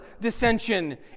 dissension